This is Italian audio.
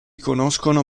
conoscono